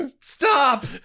Stop